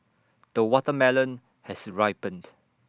the watermelon has ripened